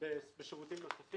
בשירותים נוספים.